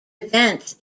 events